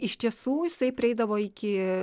iš tiesų jisai prieidavo iki